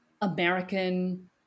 American